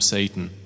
Satan